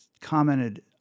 commented